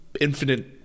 infinite